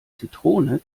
zitrone